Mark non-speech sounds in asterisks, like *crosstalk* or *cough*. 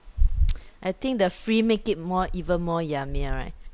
*noise* I think the free make it more even more yummier right